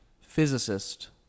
physicist